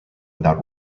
without